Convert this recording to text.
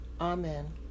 amen